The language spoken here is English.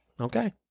Okay